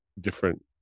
different